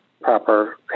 proper